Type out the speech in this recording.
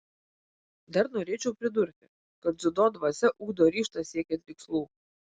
dar norėčiau pridurti kad dziudo dvasia ugdo ryžtą siekiant tikslų